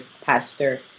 pastor